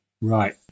Right